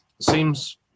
seems